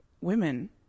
women